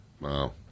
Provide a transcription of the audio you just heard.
Wow